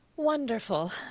Wonderful